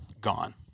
gone